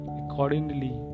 accordingly